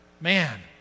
man